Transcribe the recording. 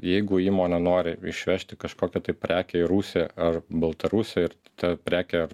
jeigu įmonė nori išvežti kažkokią tai prekę į rusiją ar baltarusiją ir ta prekė ar